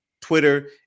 Twitter